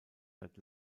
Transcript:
seit